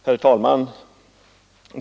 Herr talman!